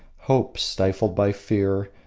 hopes stifled by fear,